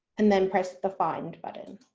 and then press the find button.